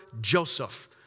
Joseph